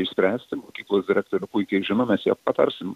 išspręsti mokyklos direktorė puikiai žino mes jai patarsim